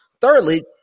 Thirdly